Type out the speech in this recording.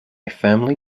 firmly